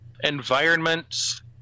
environments